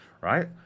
Right